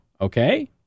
Okay